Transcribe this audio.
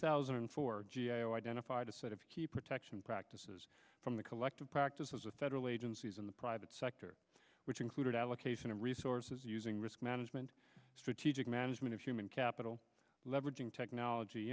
thousand and four g a o identified a set of protection practices from the collective practices with federal agencies in the private sector which included allocation of resources using risk management strategic management of human capital leveraging technology